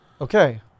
okay